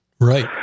Right